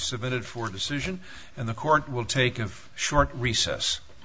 submitted for decision and the court will take a short recess